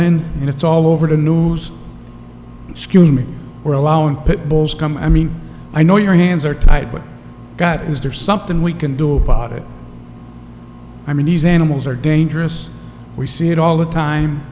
in and it's all over the news excuse me we're allowing pit bulls come i mean i know your hands are tied with god is there something we can do about it i mean these animals are dangerous we see it all the time